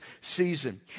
season